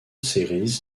series